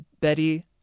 Betty